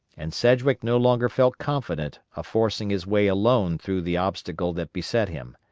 and sedgwick no longer felt confident of forcing his way alone through the obstacle that beset him.